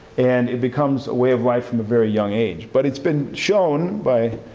and it becomes a way of life from a very young age. but it's been shown by